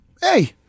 Hey